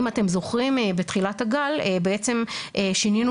אם אתם זוכרים בתחילת הגל בעצם שינינו